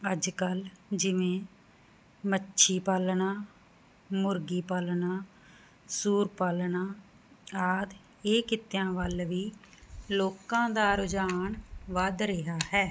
ਅੱਜ ਕੱਲ ਜਿਵੇਂ ਮੱਛੀ ਪਾਲਣਾ ਮੁਰਗੀ ਪਾਲਣਾ ਸੂਰ ਪਾਲਣਾ ਆਦਿ ਇਹ ਕਿੱਤਿਆਂ ਵੱਲ ਵੀ ਲੋਕਾਂ ਦਾ ਰੁਝਾਨ ਵੱਧ ਰਿਹਾ ਹੈ